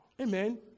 Amen